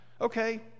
Okay